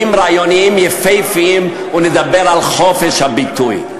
רעיוניים יפהפיים ונדבר על חופש הביטוי.